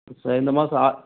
sir இந்த மாதம் அ